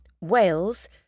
Wales